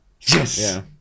Yes